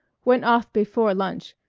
went off before lunch.